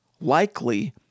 Likely